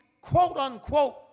quote-unquote